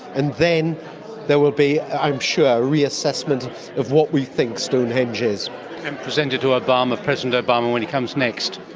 and then there will be i'm sure a reassessment of what we think stonehenge is. and present it to president obama when he comes next.